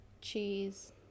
cheese